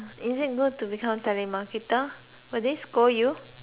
is it good to become telemarketer will they scold you